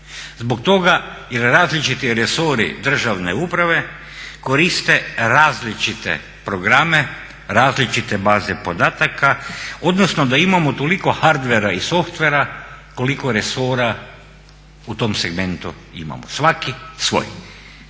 zbog toga jer različiti resori državne uprave koriste različite programe, različite baze podataka odnosno da imamo toliko hardvera i softvera koliko resora u tom segmentu imamo, svaki svoj.